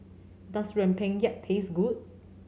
does Rempeyek taste good